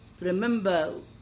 remember